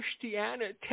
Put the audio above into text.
Christianity